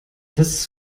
das